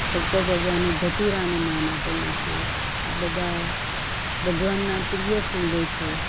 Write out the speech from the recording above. શંકર ભગવાને ધતૂરાને માન આપેલું છે આ બધા ભગવાનના પ્રિય ફૂલો છે